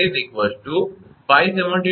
934 572